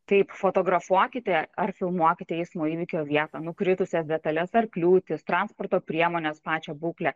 taip fotografuokite ar filmuokite eismo įvykio vietą nukritusias detales ar kliūtis transporto priemonės pačią būklę